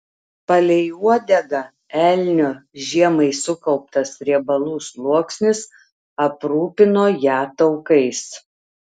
palei uodegą elnio žiemai sukauptas riebalų sluoksnis aprūpino ją taukais